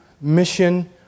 mission